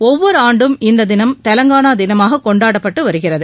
ஒவ்வொரு ஆண்டும் இந்த தினம் தெலுங்கானா தினமாக கொண்டாடப்பட்டு வருகிறது